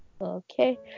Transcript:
okay